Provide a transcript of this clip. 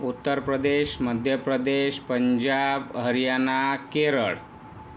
Uttar Pradesh Madhya Pradesh Punjab Haryana Kerala